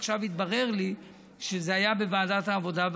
עכשיו התברר לי שזה היה בוועדת העבודה,